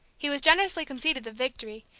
he was generously conceded the victory,